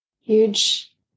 huge